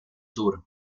suur